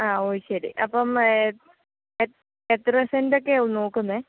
ആ ഓ ശരി അപ്പം എ എത്ര സെൻറ്റൊക്കെയാവും നോക്കുന്നത്